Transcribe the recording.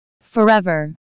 Forever